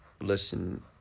listen